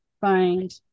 find